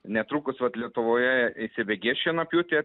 netrukus vat lietuvoje įsibėgės šienapjūtė